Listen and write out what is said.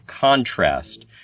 contrast